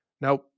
Now